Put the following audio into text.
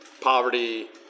Poverty